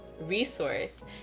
resource